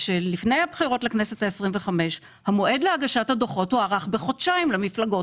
שלפני הבחירות לכנסת ה-25 המועד להגשת הדוחות הוארך בחודשיים למפלגות.